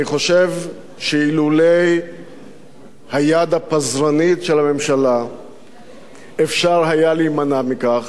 אני חושב שאילולא היד הפזרנית של הממשלה אפשר היה להימנע מכך,